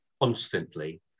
constantly